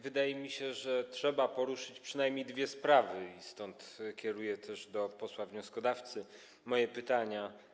Wydaje mi się, że trzeba poruszyć przynajmniej dwie sprawy, i stąd kieruję też do posła wnioskodawcy moje pytania.